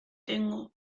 tengo